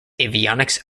avionics